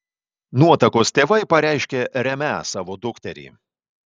nuotakos tėvai pareiškė remią savo dukterį